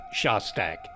Shostak